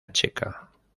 checa